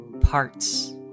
Parts